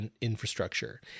infrastructure